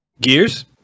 Gears